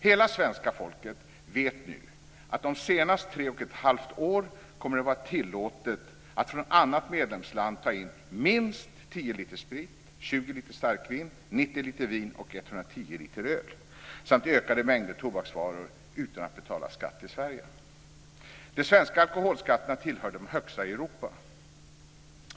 Hela svenska folket vet nu att om senast tre och ett halvt år kommer det att vara tillåtet att från annat medlemsland ta in minst 10 liter sprit, 20 liter starkvin, 90 liter vin och 110 liter öl samt ökade mängder tobaksvaror utan att betala skatt i Sverige. De svenska alkoholskatterna tillhör de högsta i Europa.